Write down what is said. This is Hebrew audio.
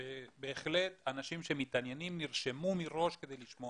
אנשים שמתעניינים נרשמו מראש כדי לשמוע.